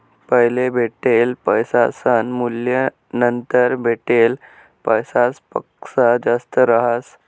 पैले भेटेल पैसासनं मूल्य नंतर भेटेल पैसासपक्सा जास्त रहास